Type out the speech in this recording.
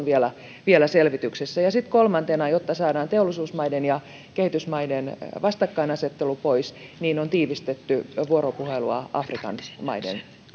vielä vielä selvityksessä ja sitten kolmantena jotta saadaan teollisuusmaiden ja kehitysmaiden vastakkainasettelu pois on tiivistetty vuoropuhelua afrikan maiden